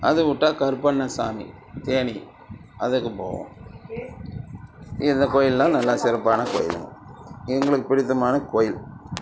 அது விட்டா கருப்பன்னசாமி தேனி அதுக்கு போவோம் இந்த கோயில்லாம் நல்லா சிறப்பான கோயில் எங்களுக்கு பிடித்தமான கோயில்